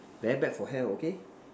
very bad for health okay